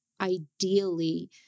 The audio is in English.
ideally